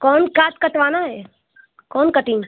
कौन काट कटवाना है कौन कटिंग